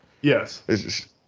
Yes